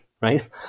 right